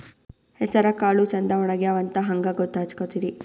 ಹೆಸರಕಾಳು ಛಂದ ಒಣಗ್ಯಾವಂತ ಹಂಗ ಗೂತ್ತ ಹಚಗೊತಿರಿ?